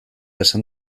esan